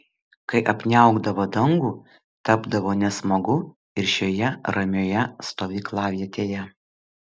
kai apniaukdavo dangų tapdavo nesmagu ir šioje ramioje stovyklavietėje